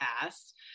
past